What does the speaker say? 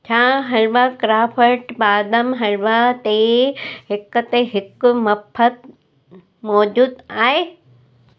छा हलवा क्राफट बादाम हलवा ते हिक ते हिकु मुफ़्तु मौजूदु आहे